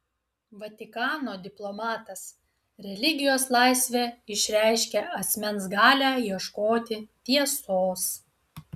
vatikano diplomatas religijos laisvė išreiškia asmens galią ieškoti tiesos